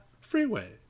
freeway